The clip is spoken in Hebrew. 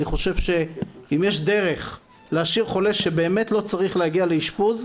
אני חושב שאם יש דרך להשאיר חולה שבאמת לא צריך להגיע לאשפוז,